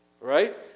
Right